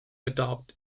adopt